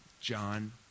John